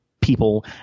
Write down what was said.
people